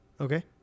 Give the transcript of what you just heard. Okay